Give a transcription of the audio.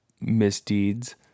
misdeeds